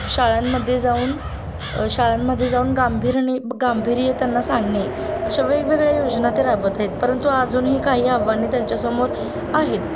शाळांमध्ये जाऊन शाळांमध्ये जाऊन गांभीर्याने गांभीर्य त्यांना सांगणे अशा वेगवेगळ्या योजना ते राबवत आहेत परंतु अजूनही काही आव्हाने त्यांच्यासमोर आहेत